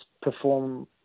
perform